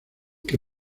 que